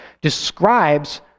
describes